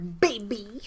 baby